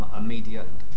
immediate